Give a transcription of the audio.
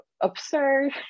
absurd